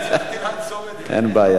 שמונה בעד, אין מתנגדים.